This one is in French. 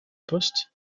poste